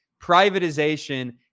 privatization